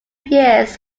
years